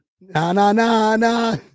na-na-na-na